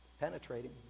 Penetrating